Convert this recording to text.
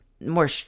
more